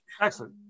Excellent